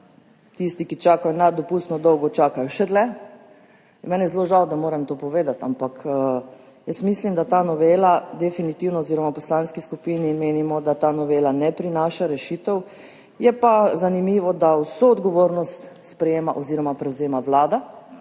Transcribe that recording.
tisti, ki čakajo nedopustno dolgo, čakajo še dlje. Meni je zelo žal, da moram to povedati, ampak jaz mislim oziroma v poslanski skupini menimo, da ta novela ne prinaša rešitev. Je pa zanimivo, da vso odgovornost sprejema oziroma prevzema Vlada